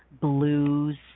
blues